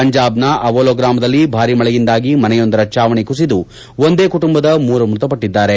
ಪಂಜಾಬ್ ನ ಅವೋಲ್ ಗ್ರಾಮದಲ್ಲಿ ಭಾರೀ ಮಳೆಯಿಂದಾಗಿ ಮನೆಯೊಂದರ ಛಾವಣಿ ಕುಸಿದು ಒಂದೇ ಕುಟುಂಬದ ಮೂವರು ಮೃತಪಟ್ಟಿದ್ದಾರೆ